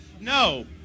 No